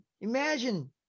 imagine